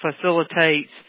facilitates